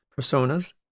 personas